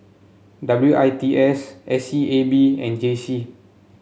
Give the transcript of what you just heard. W I T S S E A B and J C